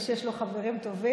מי שיש לו חברים טובים,